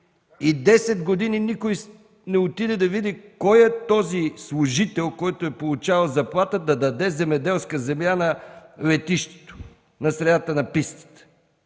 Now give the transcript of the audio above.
Десет години никой не отиде да види кой е този служител, който е получавал заплата, да даде земеделска земя на летището, на средата на пистата!